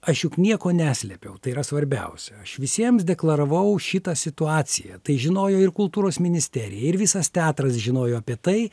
aš juk nieko neslėpiau tai yra svarbiausia aš visiems deklaravau šitą situaciją tai žinojo ir kultūros ministerijai ir visas teatras žinojo apie tai